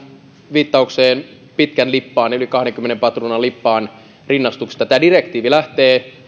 viittaukseen pitkän lippaan yli kahdenkymmenen patruunan lippaan rinnastuksesta tämä direktiivi lähtee